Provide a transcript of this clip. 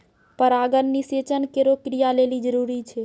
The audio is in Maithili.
परागण निषेचन केरो क्रिया लेलि जरूरी छै